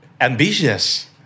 ambitious